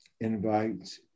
invite